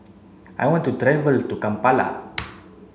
I want to travel to Kampala